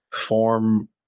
form